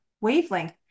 wavelength